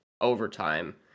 overtime